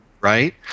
right